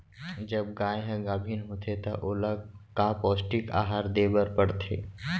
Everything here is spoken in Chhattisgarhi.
जब गाय ह गाभिन होथे त ओला का पौष्टिक आहार दे बर पढ़थे?